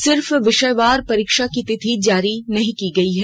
सिर्फ विषयवार परीक्षा की तिथि जारी नहीं की गई है